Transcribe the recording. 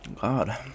God